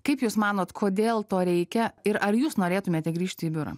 kaip jūs manot kodėl to reikia ir ar jūs norėtumėte grįžti į biurą